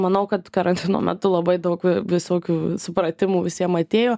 manau kad karantino metu labai daug visokių supratimų visiem atėjo